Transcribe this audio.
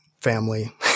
family